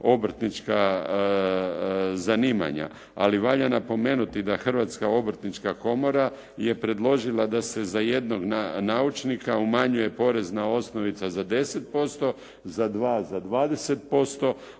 obrtnička zanimanja, ali valja napomenuti da Hrvatska obrtnička komora je predložila da se za jednog naučnika umanjuje porezna osnovica za 10%, za dva za 20%,